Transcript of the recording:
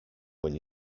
when